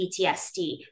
PTSD